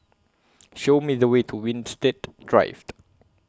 Show Me The Way to Winstedt Drive